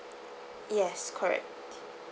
yes correct